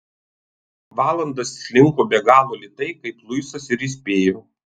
valandos slinko be galo lėtai kaip luisas ir įspėjo